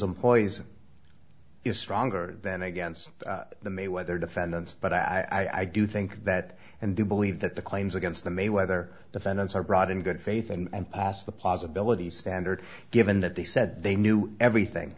employees is stronger than against the mayweather defendants but i do think that and do believe that the claims against the mayweather defendants are brought in good faith and to the possibility standard given that they said they knew everything